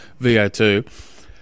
VO2